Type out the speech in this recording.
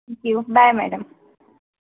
thank you bye madam